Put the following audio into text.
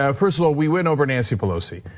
um first of all, we win over nancy pelosi.